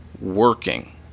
working